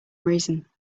reason